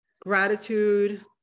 gratitude